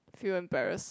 were you embarrassed